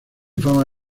fama